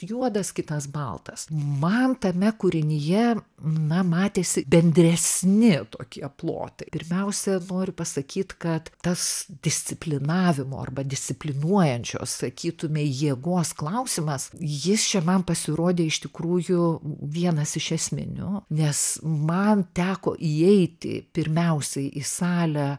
juodas kitas baltas man tame kūrinyje na matėsi bendresni tokie plotai pirmiausia noriu pasakyt kad tas disciplinavimo arba disciplinuojančio sakytumei jėgos klausimas jis čia man pasirodė iš tikrųjų vienas iš esminių nes man teko įeiti pirmiausiai į salę